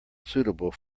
suitable